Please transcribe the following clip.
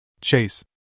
Chase